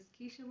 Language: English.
Keisha